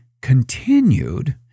continued